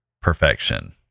perfection